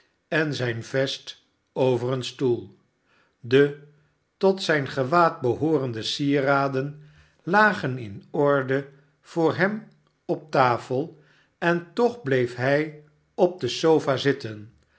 en zijn vest over een stoel de tot zijn gewaad behoorende sieraden lagen in orde voor hem op de tafel en toch bleef hij op de sofa zitten